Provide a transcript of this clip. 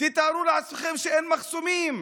תתארו לעצמכם שאין מחסומים,